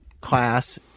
class